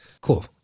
cool